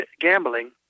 gambling